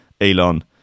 Elon